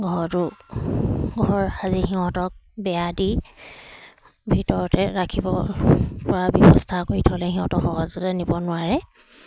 ঘৰটো ঘৰ শাজি সিহঁতক বেৰা দি ভিতৰতে ৰাখিব পৰা ব্যৱস্থা কৰি থ'লে সিহঁতক সহজতে নিব নোৱাৰে